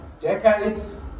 decades